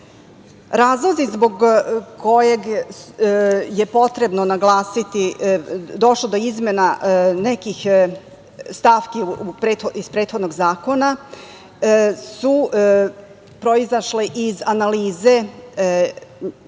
društva. Razlozi zbog kojeg je potrebno naglasiti da je došlo do izmena nekih stavki iz prethodnog zakona su proizašle iz analize